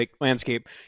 landscape